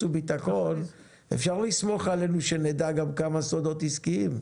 וביטחון אפשר לסמוך עלינו שנדע גם כמה סודות עסקיים.